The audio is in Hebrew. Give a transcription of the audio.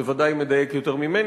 בוודאי מדייק יותר ממני.